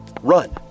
run